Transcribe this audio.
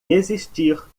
desistir